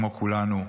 כמו כולנו,